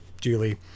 duly